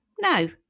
No